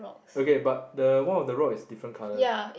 okay but the one of the rock is different colour